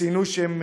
והם ציינו שיקלטו